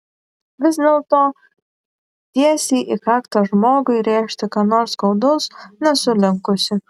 vis dėlto tiesiai į kaktą žmogui rėžti ką nors skaudaus nesu linkusi